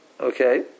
Okay